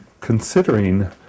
considering